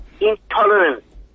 intolerance